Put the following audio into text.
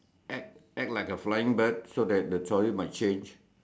act act like a flying bird so that the story might change